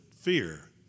fear